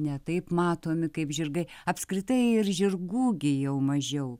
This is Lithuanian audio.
ne taip matomi kaip žirgai apskritai ir žirgų gi jau mažiau